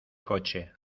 coche